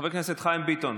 חבר הכנסת חיים ביטון,